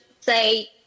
say